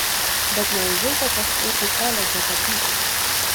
bet neužilgo teks eiti į koledžą tapyti